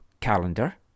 calendar